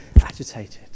agitated